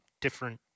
different